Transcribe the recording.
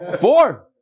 Four